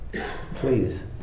Please